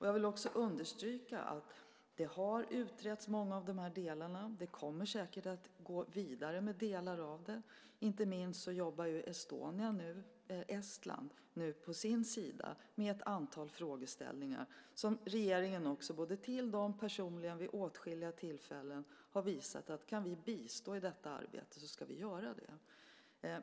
Jag vill också understryka att många av de här delarna har utretts, och det kommer säkert att gå vidare med delar av det. Inte minst jobbar Estland nu på sin sida med ett antal frågeställningar. Regeringen har personligen vid åtskilliga tillfällen visat dem att kan vi bistå i detta arbete ska vi göra det.